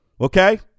okay